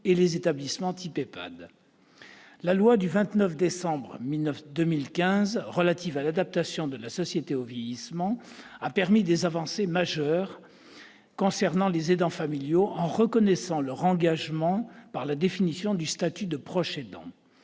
La loi du 28 décembre 2015 relative à l'adaptation de la société au vieillissement a permis des avancées majeures au bénéfice des aidants familiaux, en reconnaissant leur engagement au travers de la définition du statut de « proche aidant